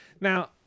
now